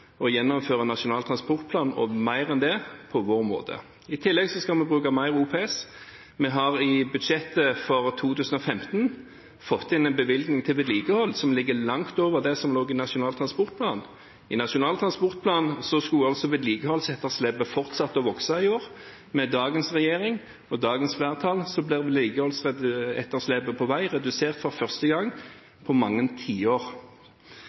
Nasjonal transportplan og mer enn det på vår måte. I tillegg skal vi bruke mer OPS. Vi har i budsjettet for 2015 fått inn en bevilgning til vedlikehold som ligger langt over det som lå i Nasjonal transportplan. I Nasjonal transportplan skulle altså vedlikeholdsetterslepet fortsette å vokse i år. Med dagens regjering og dagens flertall blir vedlikeholdsetterslepet på vei redusert for første gang på mange tiår.